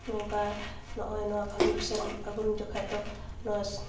ᱱᱚᱝᱠᱟ ᱱᱚᱜᱼᱚᱭ ᱱᱚᱣᱟ ᱯᱷᱟᱹᱜᱩᱱ ᱥᱮᱨᱢᱟ ᱯᱷᱟᱹᱜᱩᱱ ᱡᱚᱠᱷᱚᱡ ᱫᱚ ᱱᱚᱣᱟ